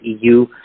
EU